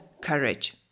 courage